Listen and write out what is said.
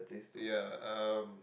ya um